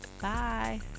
Bye